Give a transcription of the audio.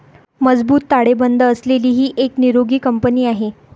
मजबूत ताळेबंद असलेली ही एक निरोगी कंपनी आहे